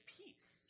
peace